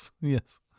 yes